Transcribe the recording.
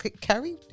Carrie